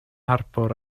harbwr